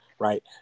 right